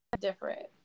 different